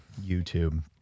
youtube